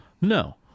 No